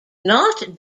not